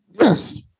Yes